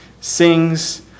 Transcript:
sings